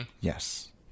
Yes